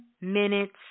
minutes